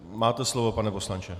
Máte slovo, pane poslanče.